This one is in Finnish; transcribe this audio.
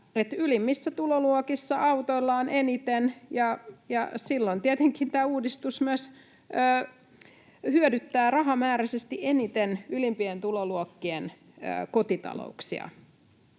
ylimmissä tuloluokissa autoillaan eniten, ja silloin tietenkin tämä uudistus myös hyödyttää rahamääräisesti eniten ylimpien tuloluokkien kotitalouksia.